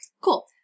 Cool